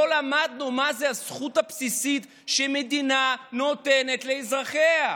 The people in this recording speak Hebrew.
לא למדנו מה זאת הזכות הבסיסית שמדינה נותנת לאזרחיה,